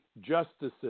justices